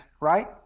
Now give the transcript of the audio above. right